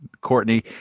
Courtney